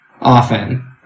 often